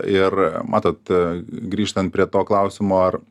ir matot e grįžtant prie to klausimo ar